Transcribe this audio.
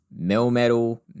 Melmetal